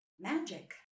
magic